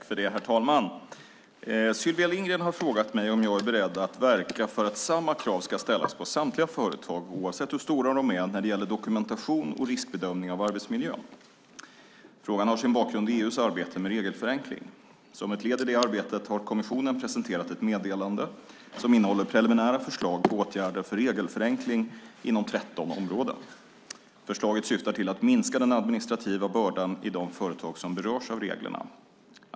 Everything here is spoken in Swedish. Herr talman! Sylvia Lindgren har frågat mig om jag är beredd att verka för att samma krav ska ställas på samtliga företag, oavsett hur stora de är, när det gäller dokumentation och riskbedömning av arbetsmiljön. Frågan har sin bakgrund i EU:s arbete med regelförenkling. Som ett led i det arbetet har kommissionen presenterat ett meddelande som innehåller preliminära förslag på åtgärder för regelförenkling inom 13 områden. Förslagen syftar till att minska den administrativa bördan i de företag som berörs av reglerna.